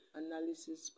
analysis